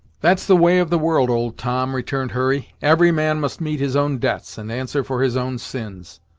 that's the way of the world, old tom, returned hurry. every man must meet his own debts, and answer for his own sins.